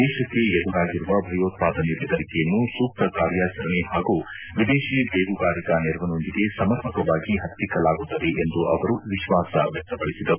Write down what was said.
ದೇಶಕ್ಕೆ ಎದುರಾಗಿರುವ ಭಯೋತ್ಪಾದನೆ ಬೆದರಿಕೆಯನ್ನು ಸೂಕ್ತ ಕಾರ್ಯಾಚರಣೆ ಹಾಗೂ ವಿದೇಶಿ ಬೇಹುಗಾರಿಕಾ ನೆರವಿನೊಂದಿಗೆ ಸಮರ್ಪಕವಾಗಿ ಹತ್ತಿಕ್ಕಲಾಗುತ್ತದೆ ಎಂದು ಅವರು ವಿಶ್ವಾಸ ವ್ಯಕ್ತಪದಿಸಿದರು